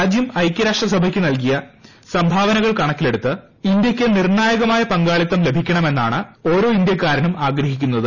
രാജ്യം ഐകൃരാഷ്ട്രസഭയ്ക്ക് നൽകിയ സംഭാവനകൾ കണക്കിലെടുത്ത് ഇന്ത്യയ്ക്ക് നിർണ്ണായകമായ പങ്കാളിത്തം ലഭിക്കണമെന്നാണ് ഓരോ ഇന്ത്യക്കാരനും ആഗ്രഹിക്കു ന്നത്